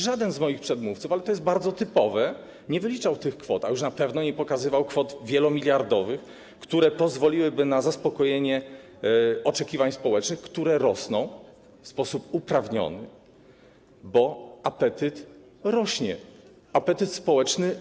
Żaden z moich przedmówców, ale to jest bardzo typowe, nie wyliczał tych kwot, a już na pewno nie pokazywał kwot wielomiliardowych, które pozwoliłyby na zaspokojenie oczekiwań społecznych, które rosną w sposób uprawniony, bo apetyt rośnie, również apetyt społeczny.